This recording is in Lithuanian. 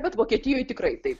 bet vokietijoje tikrai taip